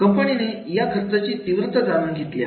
कंपनीने या खर्चाची तीव्रता जाणून घेतली आहे